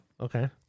Okay